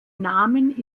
namen